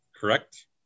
Correct